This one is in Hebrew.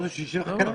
חיכינו.